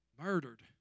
murdered